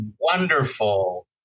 wonderful